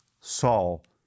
Saul